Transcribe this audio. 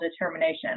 determination